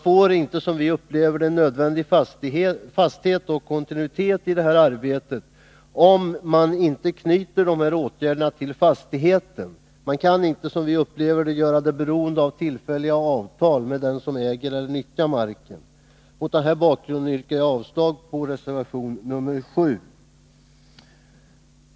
Den nödvändiga fastheten och kontinuiteten i detta arbete uppnås enligt utskottets mening genom åtgärder som är knutna till fastigheterna och inte genom tillfälliga avtal som tecknas med den som äger eller utnyttjar marken i fråga. Mot den bakgrunden yrkar jag avslag på reservation nr 7.